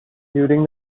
during